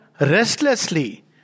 restlessly